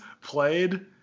played